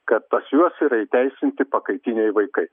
kad pas juos yra įteisinti pakaitiniai vaikai